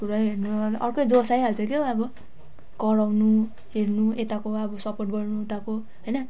football हेर्नु अर्कै जोस आइहाल्छ के हो अब कराउनु हेर्नु यताको अब सपोर्ट गर्नु उताको हैन